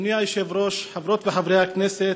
אדוני היושב-ראש, חברות וחברי הכנסת,